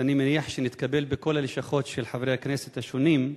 שאני מניח שהתקבל בכל הלשכות של חברי הכנסת השונים,